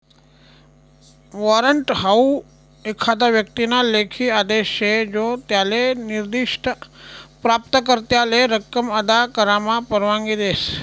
warrant हाऊ एखादा व्यक्तीना लेखी आदेश शे जो त्याले निर्दिष्ठ प्राप्तकर्त्याले रक्कम अदा करामा परवानगी देस